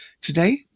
Today